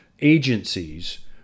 agencies